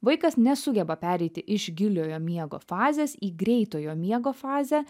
vaikas nesugeba pereiti iš giliojo miego fazės į greitojo miego fazę